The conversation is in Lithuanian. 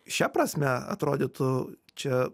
šia prasme atrodytų čia